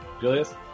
Julius